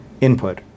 input